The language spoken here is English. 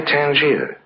Tangier